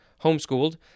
homeschooled